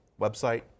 website